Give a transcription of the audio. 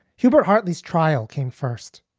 hubert hartley's trial came first.